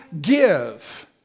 give